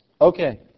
Okay